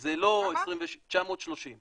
זה לא 27. בטוח?